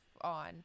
on